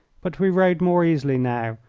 but we rode more easily now,